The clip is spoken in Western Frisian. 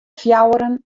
fjouweren